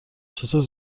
چطور